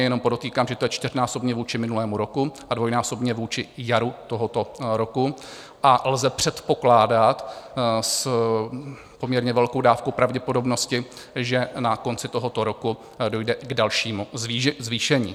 Jenom podotýkám, že to je čtyřnásobně vůči minulému roku a dvojnásobně vůči jaru tohoto roku, a lze předpokládat s poměrně velkou dávkou pravděpodobnosti, že na konci tohoto roku dojde k dalšímu zvýšení.